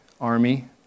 army